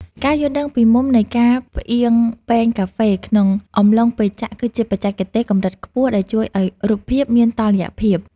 ការយល់ដឹងពីមុំនៃការផ្អៀងពែងកាហ្វេក្នុងអំឡុងពេលចាក់ គឺជាបច្ចេកទេសកម្រិតខ្ពស់ដែលជួយឱ្យរូបភាពមានតុល្យភាព។